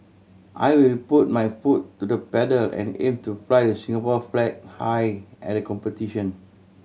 I will put my foot to the pedal and aim to fly the Singapore flag high at the competition